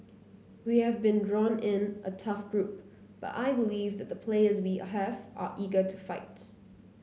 we have been drawn in a tough group but I believe that the players we have are eager to fight